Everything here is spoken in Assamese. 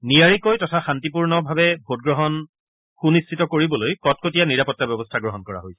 নিয়াৰিকৈ তথা শান্তিপূৰ্ণ ভোটগ্ৰহণ সুনিশ্চিত কৰিবলৈ কটকটীয়া নিৰাপত্তা ব্যৱস্থা গ্ৰহণ কৰা হৈছে